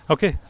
Okay